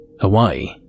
Hawaii